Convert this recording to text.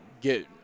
get